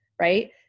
right